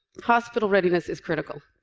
hospital readiness is critical.